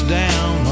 down